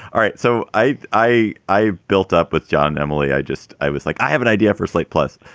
all right. so i i i built up with john, emily. i just i was like, i have an idea for slate plus.